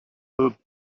hope